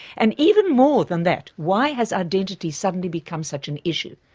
and even more than that, why has identity suddenly become such an issue?